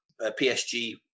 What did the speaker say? PSG